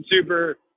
super